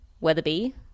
Weatherby